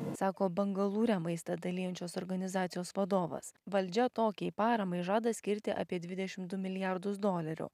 sako bangalūre maistą dalijančios organizacijos vadovas valdžia tokiai paramai žada skirti apie dvidešim du milijardus dolerių